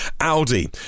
Audi